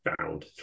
found